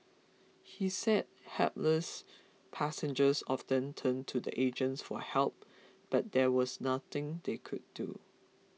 he said hapless passengers often turned to the agents for help but there was nothing they could do